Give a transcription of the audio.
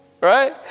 Right